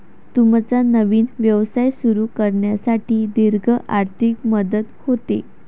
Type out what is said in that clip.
तुमचा नवीन व्यवसाय सुरू करण्यासाठी दीर्घ आर्थिक मदत होते